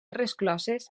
rescloses